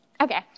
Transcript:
Okay